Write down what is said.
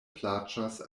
plaĉas